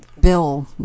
Bill